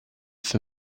for